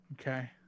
Okay